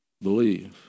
believe